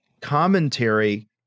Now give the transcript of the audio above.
commentary